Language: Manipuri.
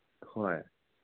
ꯍꯣꯏ